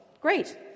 Great